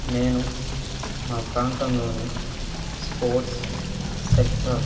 నేను మా ప్రాంతంలోని స్పోర్ట్స్ సెక్టార్